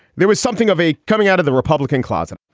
there was something of a coming out of the republican closet.